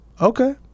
Okay